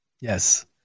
Yes